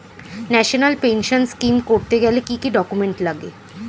National pension scheme করতে গেলে কি কি ডকুমেন্ট লাগে?